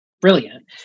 Brilliant